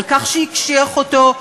על כך שהקשיח אותו,